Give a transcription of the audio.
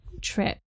trip